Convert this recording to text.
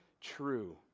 true